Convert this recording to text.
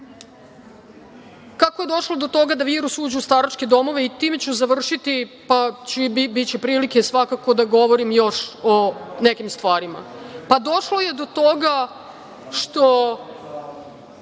je došlo do toga da virus uđe u staračke domove i time ću završiti, pa će i biti prilike, svakako da govorim još o nekim stvarima. Pa, došlo je do toga što